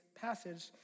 passage